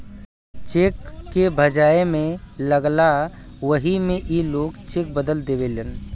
check के भजाए मे लगला वही मे ई लोग चेक बदल देवेलन